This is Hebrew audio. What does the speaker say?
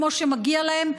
כמו שמגיע להם,